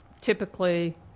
typically